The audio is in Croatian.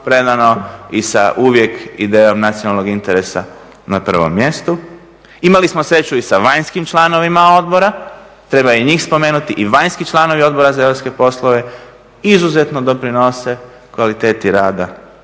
plenarno i sa uvijek idejom nacionalnog interesa na prvom mjestu. Imali smo sreću i sa vanjskim članovima odbora. Treba i njih spomenuti. I vanjski članovi Odbora za europske poslove izuzetno doprinose kvaliteti rada